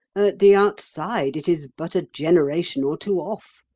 the outside it is but a generation or two off.